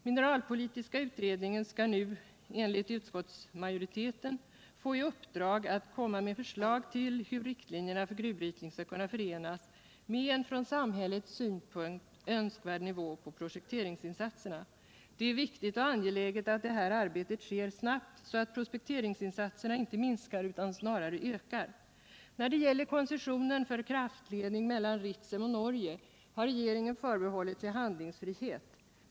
Mineralpolitiska utredningen skall nu, om utskottsmajoritetens hemställan bifalls, få i uppdrag att lägga fram förslag till hur riktlinjerna för gruvbrytning skall kunna förenas med en från samhällets synpunkt önskvärd nivå på prospekteringsinsatserna. Det är viktigt och angeläget att det här arbetet sker snabbt, så att prospekteringsinsatserna inte minskar utan snarare ökar. När det gäller koncessionen för en kraftledning mellan Ritsem och Norge har regeringen förbehållit sig handlingsfrihet.